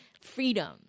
freedom